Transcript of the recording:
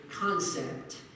concept